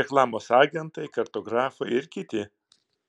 reklamos agentai kartografai ir kiti